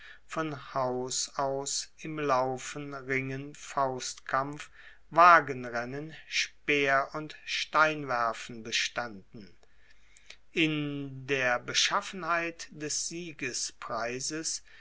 von haus aus im laufen ringen faustkampf wagenrennen speer und steinwerfen bestanden in der beschaffenheit des